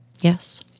Yes